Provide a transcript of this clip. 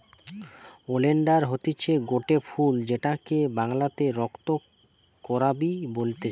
oleander হতিছে গটে ফুল যেটাকে বাংলাতে রক্ত করাবি বলতিছে